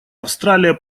австралия